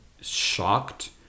shocked